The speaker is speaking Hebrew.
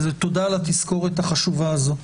תודה על התזכורת החשובה הזאת.